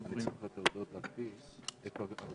הכנסת ברקת כראשון הדוברים בדיון הבא.